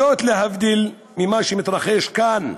זאת, להבדיל ממה שמתרחש כאן.